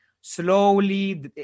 slowly